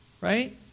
right